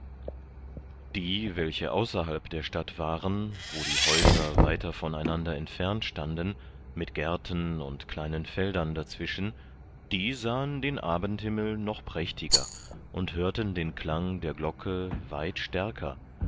die welche außerhalb der stadt waren wo die häuser weiter von einander entfernt standen mit gärten und kleinen feldern dazwischen die sahen den abendhimmel noch prächtiger und hörten den klang der glocke weit stärker